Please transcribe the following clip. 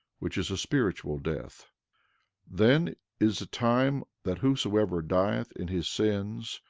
which is a spiritual death then is a time that whosoever dieth in his sins,